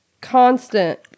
constant